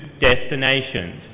destinations